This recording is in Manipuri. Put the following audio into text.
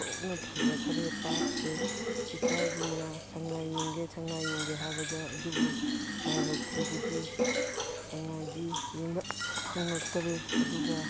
ꯑꯣꯟꯊꯣꯛꯅ ꯐꯖꯈ꯭ꯔꯦ ꯄꯥꯠꯁꯦ ꯏꯆꯥꯁꯤꯡꯅ ꯁꯉꯥꯏ ꯌꯦꯡꯉꯦ ꯁꯉꯥꯏ ꯌꯦꯡꯒꯦ ꯍꯥꯏꯕꯗ ꯑꯗꯨꯕꯨ ꯂꯥꯏꯕꯛ ꯊꯤꯕꯗꯤ ꯁꯉꯥꯏꯗꯤ ꯌꯦꯡꯕ ꯐꯪꯉꯛꯇꯔꯦ ꯑꯗꯨꯒ